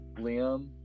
Liam